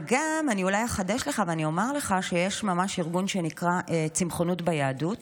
וגם אולי אחדש לך ואני אומר לך שיש ממש ארגון שנקרא צמחונות ביהדות.